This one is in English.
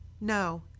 No